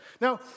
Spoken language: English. Now